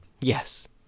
Yes